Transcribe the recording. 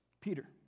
Peter